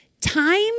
Time